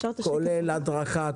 כולל הדרכה,